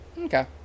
Okay